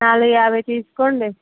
నాలుగు యాభై తీసుకోండి